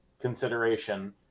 consideration